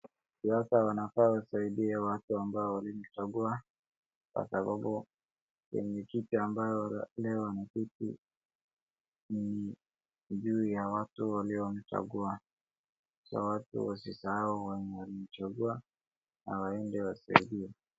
Siasa wanafa wasaidie watu amabao walituchagua kwa sababu kwenye kiti amabao wanaketi ni juu ya watu waliomchagua watu wasisahau wenye walimchagua na waende awasaidie.